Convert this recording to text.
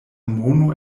mono